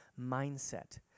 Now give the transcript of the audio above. mindset